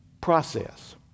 process